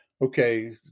okay